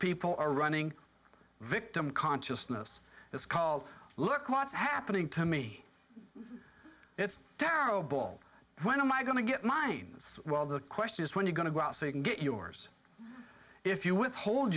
people are running victim consciousness it's called look what's happening to me it's terrible when am i going to get mine well the question is when you going to go out so you can get yours if you withhold